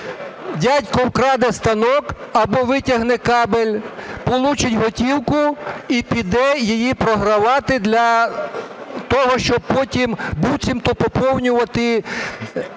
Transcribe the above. Дядько вкраде станок або витягне кабель, получить готівку і піде її програвати для того, щоб потім буцімто поповнювати кишеню